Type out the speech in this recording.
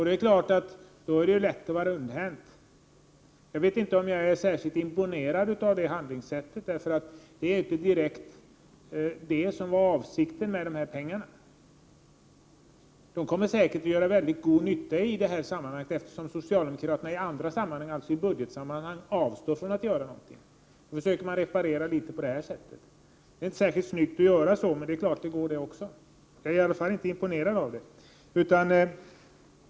Det är klart att det då är lätt att vara rundhänt. Jag vet inte om jag är särskilt imponerad av det handlingssättet. Det var inte direkt det som var avsikten med de här pengarna. De kommer säkert att göra god nytta i det sammanhanget, eftersom socialdemokraterna avstår från att göra någonting i budgetsammanhang; i stället försöker man reparera litet på det här sättet. Det är inte särskilt snyggt att göra så, men det är klart att det går det också. Jag är emellertid inte imponerad av det.